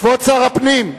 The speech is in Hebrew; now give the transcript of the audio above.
כבוד שר הפנים,